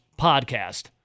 podcast